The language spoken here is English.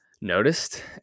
noticed